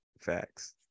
Facts